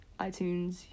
iTunes